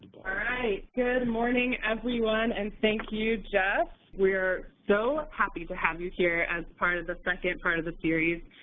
right, good morning everyone and thank you, jeff. we are so happy to have you here as part of the second part of the series.